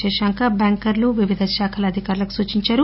శశాంక బ్యాంకర్లు వివిధ శాఖల అధికారులకు సూచించారు